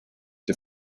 the